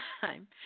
time